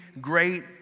great